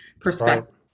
perspective